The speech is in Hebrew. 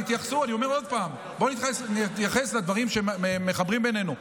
אני אומר עוד פעם: בוא נתייחס לדברים שמחברים בינינו,